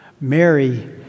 Mary